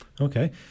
Okay